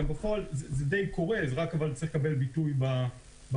בפועל זה גם די קורה אבל זה צריך לקבל ביטוי בחוק.